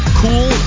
cool